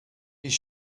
his